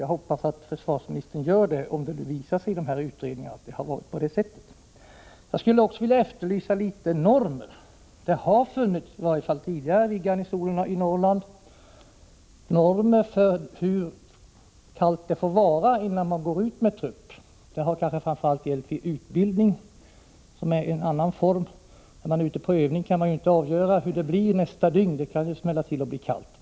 Jag hoppas att försvarsministern gör det om utredningarna visar att det har varit på det sättet. Jag skulle också vilja efterlysa litet normer. Det har i varje fall tidigare vid garnisonerna i Norrland funnits normer för hur kallt det får vara om man skall gå ut med trupp. Det har framför allt gällt vid utbildningar, som är något annat än övning. När man är ute på övning kan man inte avgöra hur kallt det skall bli nästkommande dygn — det kan ju smälla till och bli kallt.